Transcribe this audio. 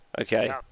okay